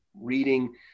reading